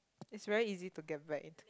is very easy to get back into